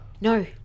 No